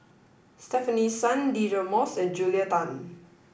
Stefanie Sun Deirdre Moss and Julia Tan